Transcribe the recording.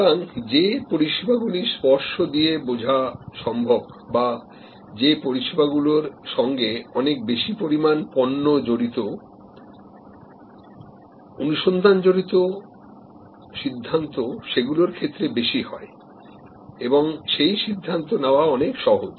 সুতরাং যে পরিষেবাগুলি স্পর্শ দিয়ে বোঝা সম্ভব বা যে পরিষেবাগুলোর সঙ্গে অনেক বেশি পরিমাণ পন্য জড়িত অনুসন্ধান জড়িত সিদ্ধান্ত সেগুলির ক্ষেত্রে বেশি হয় এবং সেই সিদ্ধান্ত নেওয়া অনেক সহজ